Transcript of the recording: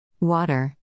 Water